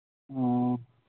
ꯑꯣ